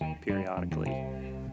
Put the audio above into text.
periodically